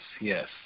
yes